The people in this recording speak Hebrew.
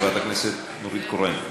חברת הכנסת נורית קורן,